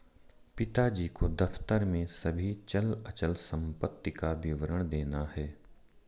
पिताजी को दफ्तर में सभी चल अचल संपत्ति का विवरण देना है